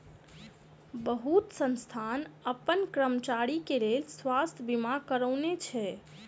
बहुत संस्थान अपन कर्मचारी के लेल स्वास्थ बीमा करौने अछि